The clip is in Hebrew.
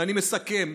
אני מסכם.